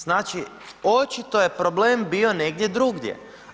Znači očito je problem bio negdje drugdje.